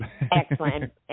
excellent